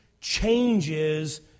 changes